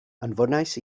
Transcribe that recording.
anfonais